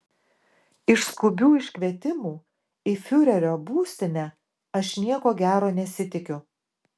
iš skubių iškvietimų į fiurerio būstinę aš nieko gero nesitikiu